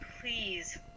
Please